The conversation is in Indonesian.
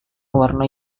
warna